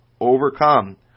overcome